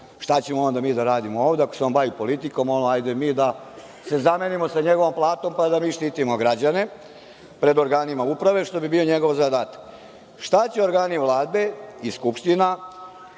Šta ćemo onda mi da radimo ovde ako se on bavi politikom? Hajde da se zamenimo sa njegovom platom, pa da mi štitimo građane pred organima uprave, što bi bio njegov zadatak. Šta će organi Vlade i Skupštini,